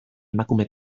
emakume